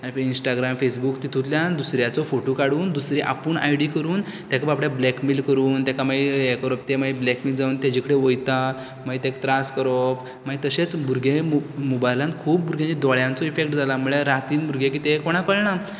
Instagram Facebook तितूतल्यान दुसऱ्याचो photo काडून दुसरी आपूण आयडी कोरून तेका बाबड्याक ब्लेकमेल करून तेका मागीर यें करप तें मागीर ब्लेकमेल जावन तेजे कडेन वयता मागीर तेका त्रास करोवप मागीर तशेंच भुरगे मो मोबायलान खूब कितें दोळ्यांचो इफेक्ट जाला म्हळ्यार रातीन भुरगे कितें कोणाक कळना